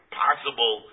possible